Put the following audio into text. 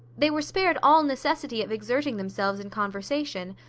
they were spared all necessity of exerting themselves in conversation,